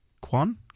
Kwan